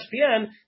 ESPN